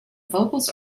vocals